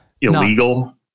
illegal